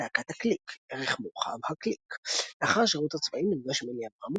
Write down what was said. להקת הקליק ערך מורחב – הקליק לאחר השירות הצבאי נפגש עם אלי אברמוב,